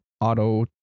auto